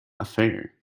affair